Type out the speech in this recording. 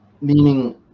meaning